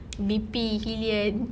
B_P hillion